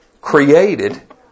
created